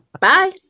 Bye